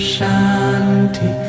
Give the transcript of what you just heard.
Shanti